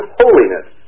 holiness